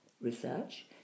research